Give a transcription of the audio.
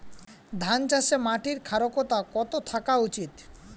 ধান চাষে মাটির ক্ষারকতা কত থাকা উচিৎ?